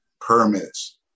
permits